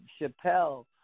Chappelle